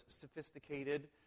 sophisticated